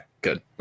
good